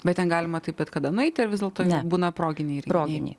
bet ten galima taip kada nueiti ar vis dėlto ne būna proginiai proginiai